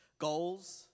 Goals